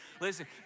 Listen